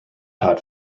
taught